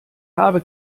habe